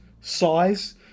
size